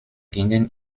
gingen